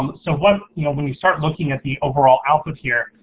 um so what, you know when you start looking at the overall output here,